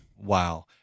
Wow